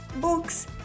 books